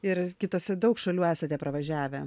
ir kitose daug šalių esate pravažiavę